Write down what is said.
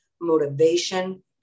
motivation